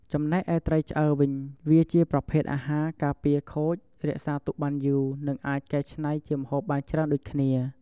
ចំណេកឯត្រីឆ្អើរវិញ វាជាប្រភេទអាហារការពារខូចរក្សាទុកបានយូរនិងអាចកែច្នៃជាម្ហូបបានច្រើនដូចគ្នា។